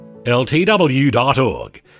ltw.org